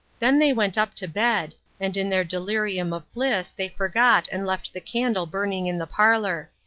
then they went up to bed, and in their delirium of bliss they forgot and left the candle burning in the parlor.